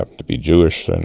ah to be jewish and